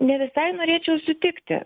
ne visai norėčiau sutikti